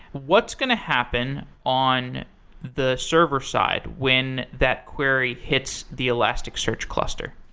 what's going to happen on the server side when that query hits the elasticsearch cluster?